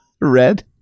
red